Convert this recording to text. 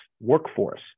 workforce